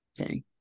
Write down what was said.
Okay